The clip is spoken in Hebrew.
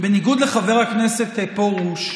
בניגוד לחבר הכנסת פרוש,